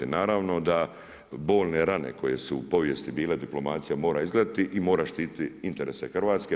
Naravno da bolne rane koje su u povijesti bile diplomacija mora izgladiti i mora štititi interese Hrvatske.